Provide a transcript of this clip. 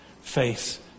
face